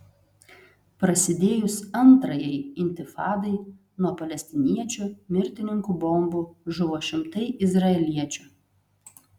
prasidėjus antrajai intifadai nuo palestiniečių mirtininkų bombų žuvo šimtai izraeliečių